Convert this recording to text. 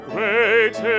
Great